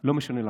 לא משנה למה.